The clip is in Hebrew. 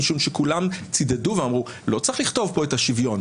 משום שכולם צידדו ואמרו: לא צריך לכתוב פה את השוויון,